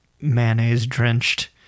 mayonnaise-drenched